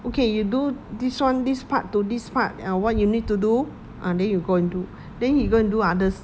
okay you do this one this part to this part ah what you need to do ah then you go and do then he go and do others